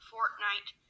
Fortnite